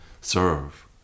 serve